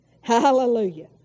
Hallelujah